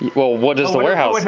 well, what does the warehouse?